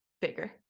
bigger